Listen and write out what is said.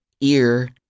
ear